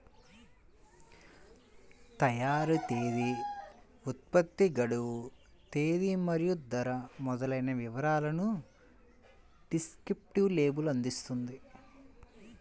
తయారీ తేదీ, ఉత్పత్తి గడువు తేదీ మరియు ధర మొదలైన వివరాలను డిస్క్రిప్టివ్ లేబుల్ అందిస్తుంది